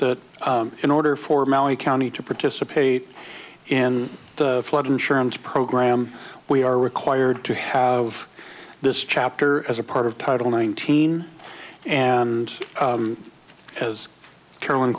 that in order for my county to participate in the flood insurance program we are required to have this chapter as a part of title nineteen and as carolyn